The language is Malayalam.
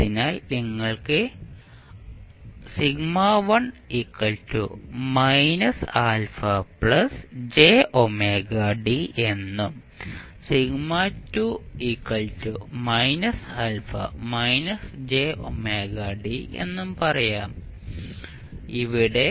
അതിനാൽ നിങ്ങൾക്ക് എന്നും എന്നും പറയാം ഇവിടെ